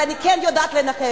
אבל אני כן יודעת לנחש,